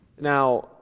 Now